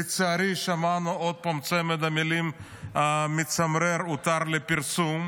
לצערי שמענו עוד פעם את צמד המילים המצמרר "הותר לפרסום".